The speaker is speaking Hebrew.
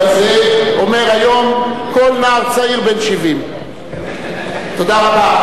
הזה אומר: היום כל נער צעיר בן 70. תודה רבה.